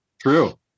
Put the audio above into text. True